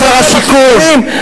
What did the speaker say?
זה נוגע לחילונים,